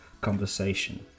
conversation